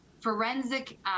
forensic